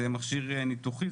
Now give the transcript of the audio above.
זה מכשיר ניתוחי,